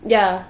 ya